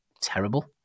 terrible